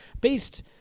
based